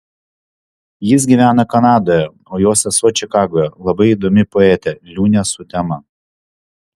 jis gyvena kanadoje o jo sesuo čikagoje labai įdomi poetė liūnė sutema